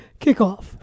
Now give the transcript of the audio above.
kickoff